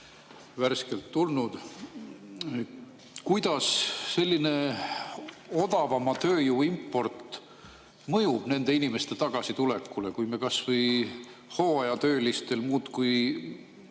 värskelt tulnud. Kuidas selline odavama tööjõu import mõjub nende inimeste tagasitulekule, kui me kas või hooajatöölistel muudkui